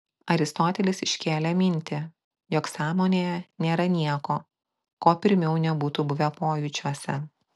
aristotelis iškėlė mintį jog sąmonėje nėra nieko ko pirmiau nebūtų buvę pojūčiuose